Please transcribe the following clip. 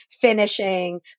finishing